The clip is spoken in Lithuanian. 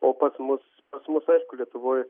o pas mus pas mus aišku lietuvoj